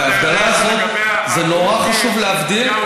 זה נורא חשוב להבדיל.